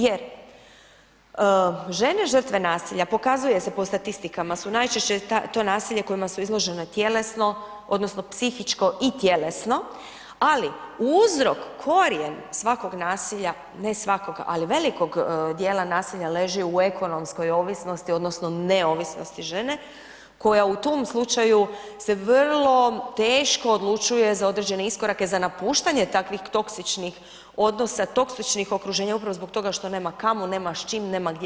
Jer žene žrtve nasilja, pokazuje se po statistikama su najčešće to nasilje kojima su izložene tjelesno, odnosno psihičko i tjelesno ali uzrok, korijen svakog nasilja, ne svakog, ali veliko dijela nasilja leži u ekonomskoj ovisnosti odnosno neovisnosti žene koja u tom slučaju se vrlo teško odlučuje za određene iskorake, za napuštanje takvih toksičnih odnosa, toksičnih okruženja upravo zbog toga što nema kamo, nema s čim, nema gdje.